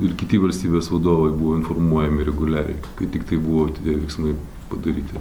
ir kiti valstybės vadovai buvo informuojami reguliariai kai tiktai buvo tie veiksmai padaryti